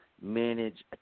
manage